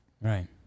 Right